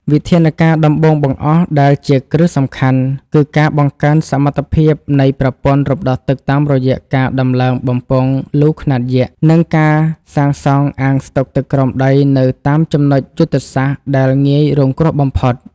វិធានការដំបូងបង្អស់ដែលជាគន្លឹះសំខាន់ គឺការបង្កើនសមត្ថភាពនៃប្រព័ន្ធរំដោះទឹកតាមរយៈការដំឡើងបំពង់លូខ្នាតយក្ស និងការសាងសង់អាងស្តុកទឹកក្រោមដីនៅតាមចំណុចយុទ្ធសាស្ត្រដែលងាយរងគ្រោះបំផុត។